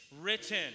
written